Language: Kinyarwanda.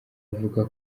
avuga